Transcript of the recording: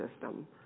system